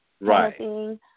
Right